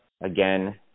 again